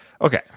Okay